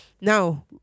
Now